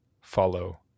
follow